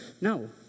No